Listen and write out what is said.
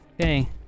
Okay